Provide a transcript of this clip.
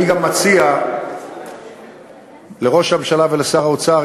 אני גם מציע לראש הממשלה ולשר האוצר,